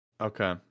okay